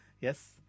Yes